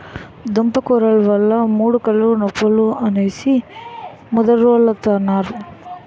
దుంపకూరలు వల్ల ముడుకులు నొప్పులు అనేసి ముదరోలంతన్నారు